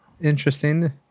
interesting